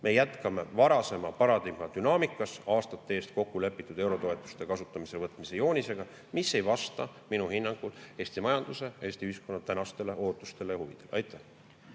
Me jätkame varasema paradigma dünaamikas aastate eest kokkulepitud eurotoetuste kasutusele võtmise joonisega. See ei vasta minu hinnangul Eesti majanduse, Eesti ühiskonna tänastele ootustele ja huvidele. On